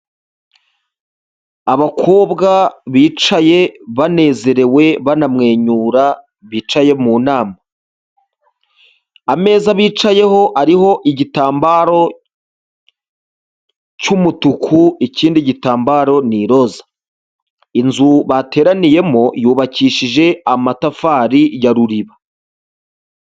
Abakobwa bicaye banezerewe banamwenyura bicaye mu nama. Ameza bicayeho ariho igitambaro cy'umutuku, ikindi gitambaro ni iroza. Inzu bateraniyemo yubakishije amatafari ya ruriba.